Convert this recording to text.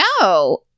no